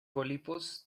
pólipos